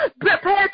prepare